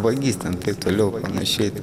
vagis ten taip toliau ir panašiai